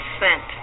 sent